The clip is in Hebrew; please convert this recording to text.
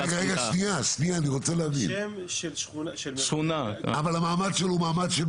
רגע אני רוצה להבין, המעמד שלו?